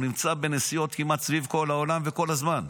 הוא נמצא בנסיעות כמעט סביב כל העולם וכל הזמן.